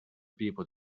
people